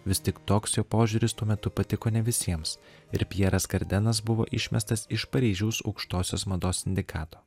vis tik toks jo požiūris tuo metu patiko ne visiems ir pjeras kardenas buvo išmestas iš paryžiaus aukštosios mados sindikato